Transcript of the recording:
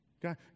God